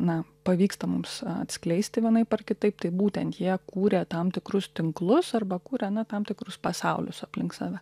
na pavyksta mums atskleisti vienaip ar kitaip tai būtent jie kūrė tam tikrus tinklus arba kūrė na tam tikrus pasaulius aplink save